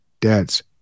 dads